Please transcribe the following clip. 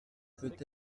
peut